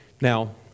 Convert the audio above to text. Now